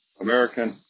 American